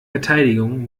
verteidigung